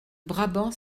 brabant